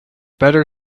better